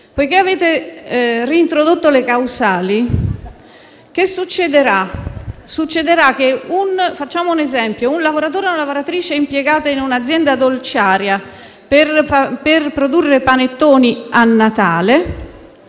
Poiché avete reintrodotto le causali, ad esempio un lavoratore o una lavoratrice impiegata in un'azienda dolciaria per produrre panettoni a Natale